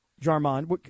Jarman